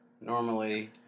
normally